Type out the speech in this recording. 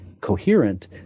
coherent